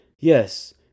Yes